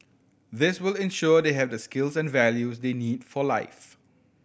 this will ensure they have the skills and values they need for life